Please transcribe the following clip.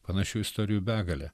panašių istorijų begalė